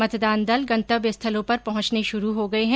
मतदान दल गंतव्य स्थलों पर पहुंचने शुरू हो गये हैं